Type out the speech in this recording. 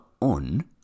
on